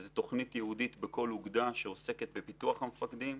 זו תוכנים ייעודית בכל אוגדה שעוסקת בפיתוח המפקדים.